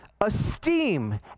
esteem